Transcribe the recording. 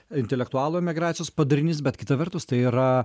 intelektualų emigracijos padarinys bet kita vertus tai yra